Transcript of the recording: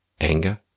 anger